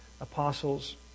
apostle's